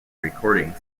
recording